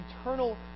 eternal